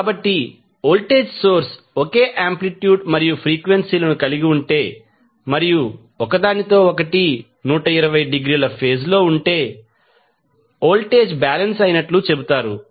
కాబట్టి voltage source ఒకే amplitude మరియు ఫ్రీక్వెన్సీ లను కలిగి ఉంటే మరియు ఒకదానితో ఒకటి 120 డిగ్రీల ఫేజ్ లో ఉంటే వోల్టేజ్ బాలెన్స్ అయినట్లు చెబుతారు